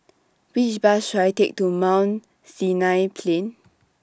Which Bus should I Take to Mount Sinai Plain